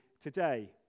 today